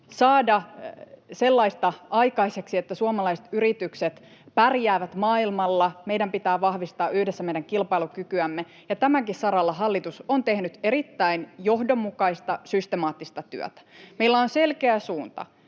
saada sellaista aikaiseksi, että suomalaiset yritykset pärjäävät maailmalla, ja meidän pitää vahvistaa yhdessä meidän kilpailukykyämme. Tälläkin saralla hallitus on tehnyt erittäin johdonmukaista ja systemaattista työtä. Meillä on selkeä suunta.